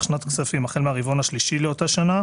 שנת הכספים החל מהרבעון השלישי לאותה שנה